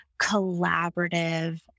collaborative